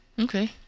Okay